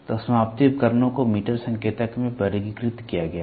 तो समाप्ति उपकरणों को मीटर संकेतक में वर्गीकृत किया गया है